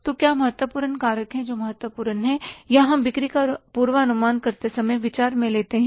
तो क्या महत्वपूर्ण कारक हैं जो महत्वपूर्ण हैं या हम बिक्री का पूर्वानुमान करते समय विचार में लेते हैं